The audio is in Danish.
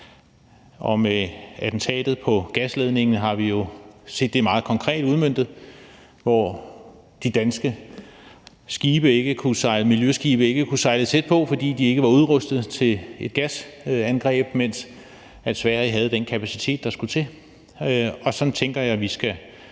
Og med attentatet på gasledningen har vi jo set det meget konkret udmøntet, hvor de danske miljøskibe ikke kunne sejle tæt på, fordi de ikke var udrustet til et gasangreb, mens Sverige havde den kapacitet, der skulle til. Og sådan tænker jeg vi skal